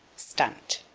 stunt.